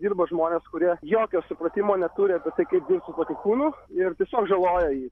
dirba žmonės kurie jokio supratimo neturi apie tai kaip dirbt su tokiu kūnu ir tiesiog žaloja jį